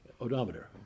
Odometer